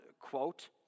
quote